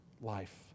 life